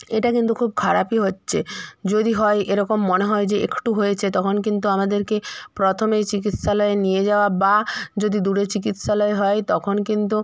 এটা কিন্তু খুব খারাপই হচ্ছে যদি হয় এরকম মনে হয় যে একটু হয়েছে তখন কিন্তু আমাদেরকে প্রথমেই চিকিৎসালয়ে নিয়ে যাওয়া বা যদি দূরে চিকিৎসালয় হয় তখন কিন্তু